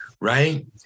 right